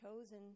chosen